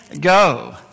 go